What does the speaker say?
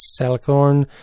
Salicorn